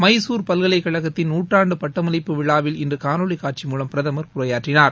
மைசூர் பல்கலைக் கழகத்தின் நூற்றாண்டு பட்டமளிப்பு விழாவில் இன்று காணொலி காட்சி மூலம் பிரதமர் உரையாற்றினார்